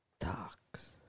talks